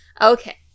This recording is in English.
Okay